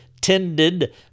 tended